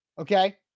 Okay